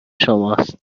شماست